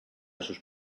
sus